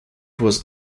was